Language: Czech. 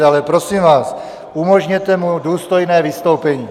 Ale prosím vás, umožněte mu důstojné vystoupení.